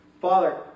Father